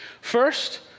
First